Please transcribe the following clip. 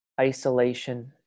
isolation